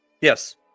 Yes